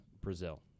Brazil